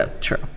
True